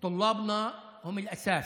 הסטודנטים שלנו הם העיקר.